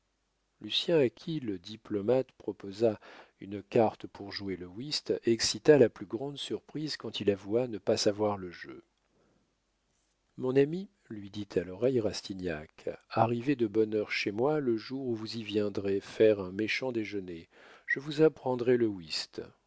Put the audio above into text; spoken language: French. général lucien à qui le diplomate proposa une carte pour jouer le whist excita la plus grande surprise quand il avoua ne pas savoir le jeu mon ami lui dit à l'oreille rastignac arrivez de bonne heure chez moi le jour où vous y viendrez faire un méchant déjeuner je vous apprendrai le whist